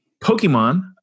pokemon